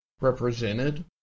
represented